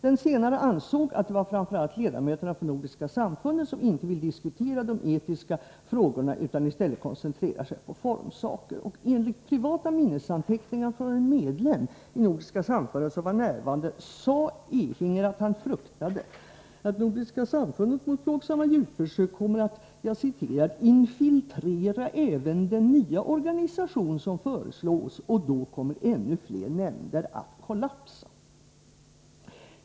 Han ansåg att framför allt ledamöterna från Nordiska samfundet mot plågsamma djurförsök inte vill diskutera de etiska frågorna utan att de i stället koncentrerar sig på formsaker. Enligt privata minnesanteckningar från en medlem i Nordiska samfundet mot plågsamma djurförsök som var närvarande vid konferensen sade sig Ehinger frukta att Nordiska samfundet mot plågsamma djurförsök kommer att infiltrera även den nya organisation som föreslås, och då kommer ännu fler nämnder att kollapsa.